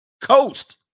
coast